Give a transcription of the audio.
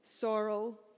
sorrow